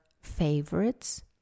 favorites